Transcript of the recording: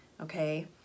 okay